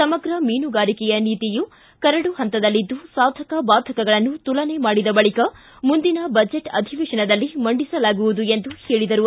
ಸಮಗ್ರ ಮೀನುಗಾರಿಕೆಯ ನೀತಿಯು ಕರಡು ಹಂತದಲ್ಲಿದ್ದು ಸಾಧಕ ಭಾದಕಗಳನ್ನು ತುಲನೆ ಮಾಡಿದ ಬಳಿಕ ಮುಂದಿನ ಬಜೆಟ್ ಅಧಿವೇಶನದಲ್ಲಿ ಮಂಡಿಸಲಾಗುವುದು ಎಂದು ಹೇಳಿದರು